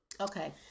Okay